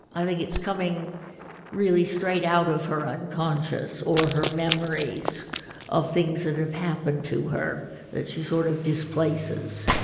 i think it's coming really straight out of her unconscious or her memories of things that have happened to her that she sort of displaces